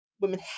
women